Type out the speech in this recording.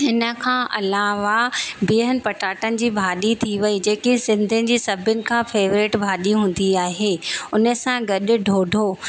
हिन खां अलावा बिहनि पटाटनि जी भाॼी थी वई जेकी सिंधियुनि जी सभिनि खां फेवरेट भाॼी हूंदी आहे उन सां गॾु ढोढो